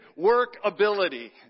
workability